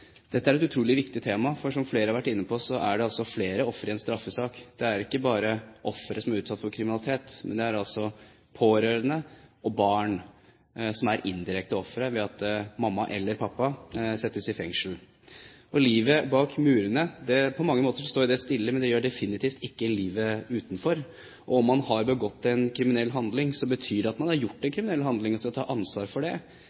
Dette er et utrolig viktig tema. Som flere har vært inne på, er det altså flere ofre i en straffesak. Det er ikke bare offeret som er utsatt for kriminalitet, men pårørende og barn er indirekte ofre ved at mamma eller pappa settes i fengsel. Livet bak murene står på mange måter stille, men det gjør definitivt ikke livet utenfor. Om man har begått en kriminell handling, betyr det at man har gjort en kriminell handling og skal ta ansvar for det.